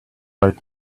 right